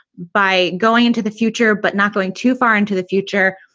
by going into the future but not going too far into the future,